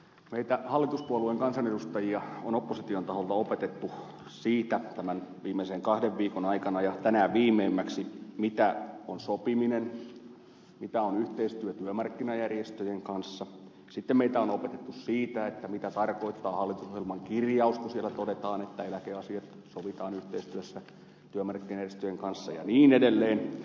meitä hallituspuolueen kansanedustajia on opposition taholta opetettu viimeisten kahden viikon aikana ja tänään viimeimmäksi siinä mitä on sopiminen mitä on yhteistyö työmarkkinajärjestöjen kanssa sitten meitä on opetettu siinä mitä tarkoittaa hallitusohjelman kirjaus kun siellä todetaan että eläkeasiat sovitaan yhteistyössä työmarkkinajärjestöjen kanssa ja niin edelleen